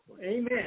Amen